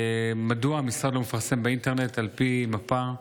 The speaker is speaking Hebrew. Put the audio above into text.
מדוע המשרד לא מפרסם באינטרנט, על פי מפה,